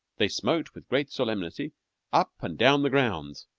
they smote with great solemnity up and down the grounds,